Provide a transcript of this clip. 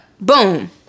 Boom